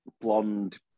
blonde